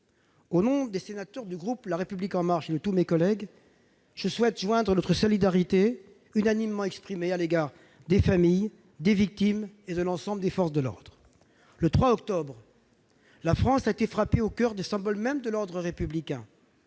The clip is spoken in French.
Au nom des sénateurs du groupe La République En Marche et de tous mes collègues, je souhaite me joindre à la solidarité unanimement exprimée à l'égard des familles, des victimes et de l'ensemble des forces de l'ordre. Le 3 octobre dernier, la France a été frappée au coeur du symbole de l'ordre républicain.